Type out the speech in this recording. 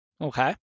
Okay